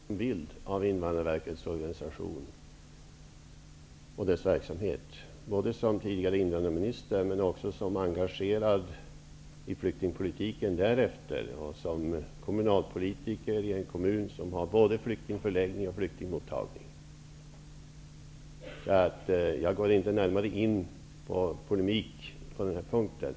Herr talman! Jag har en helt annan bild av Invandrarverkets organisation och verksamhet. Jag säger detta i egenskap av tidigare invandrarminister och som engagerad i flyktingpolitiken även därefter. Dessutom är jag kommunalpolitiker i en kommun som har både flyktingförläggning och flyktingmottagning. Jag polemiserar inte ytterligare på den här punkten.